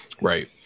Right